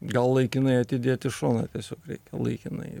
gal laikinai atidėt į šoną tiesiog reikia laikinai